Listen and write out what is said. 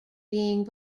being